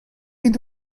into